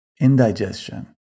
indigestion